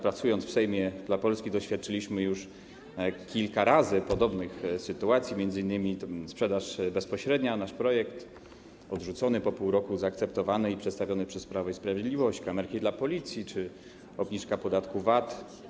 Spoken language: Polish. Pracując w Sejmie dla Polski, doświadczyliśmy już kilka razy podobnych sytuacji, m.in. sprzedaż bezpośrednia to nasz projekt, został on odrzucony, po pół roku zaakceptowany i przedstawiony przez Prawo i Sprawiedliwość, podobnie kamerki dla policji czy obniżka podatku VAT.